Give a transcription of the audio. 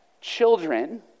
Children